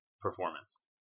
performance